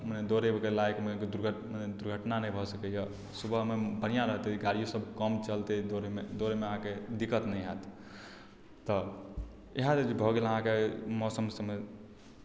दौड़यवलामे दुर्घ दुर्घटना नहि भऽ सकैए सुबहमे बढ़िआँ रहतै गाड़ीसभ कम चलतै दौड़यमे दौड़यमे अहाँकेँ दिक्कत नहि हएत तऽ इएह भऽ गेल अहाँके मौसम समय